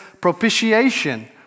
propitiation